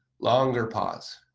longer pause